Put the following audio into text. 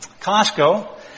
Costco